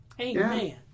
Amen